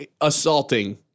assaulting